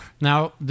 Now